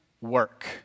work